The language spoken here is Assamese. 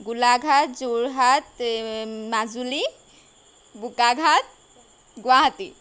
গোলাঘাট যোৰহাট মাজুলী বোকাখাট গুৱাহাটী